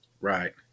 Right